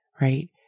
right